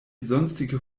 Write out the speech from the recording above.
sonstige